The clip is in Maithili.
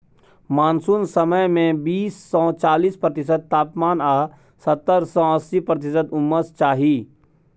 मानसुन समय मे बीस सँ चालीस प्रतिशत तापमान आ सत्तर सँ अस्सी प्रतिशत उम्मस चाही